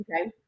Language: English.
Okay